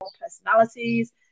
personalities